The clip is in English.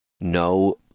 no